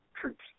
troops